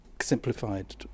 simplified